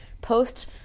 post